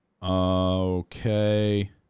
Okay